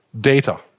data